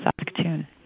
Saskatoon